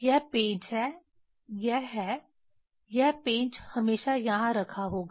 यह पेंच है यह है यह पेंच हमेशा यहां रखा होगा